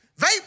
vape